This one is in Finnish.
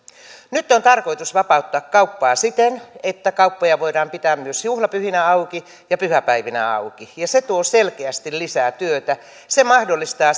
nyt on tarkoitus vapauttaa kauppaa siten että kauppoja voidaan pitää myös juhlapyhinä auki ja pyhäpäivinä auki ja se tuo selkeästi lisää työtä se mahdollistaa